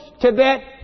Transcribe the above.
Tibet